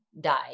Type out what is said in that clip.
die